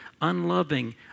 unloving